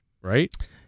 right